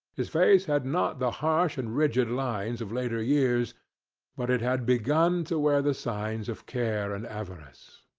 his face had not the harsh and rigid lines of later years but it had begun to wear the signs of care and avarice.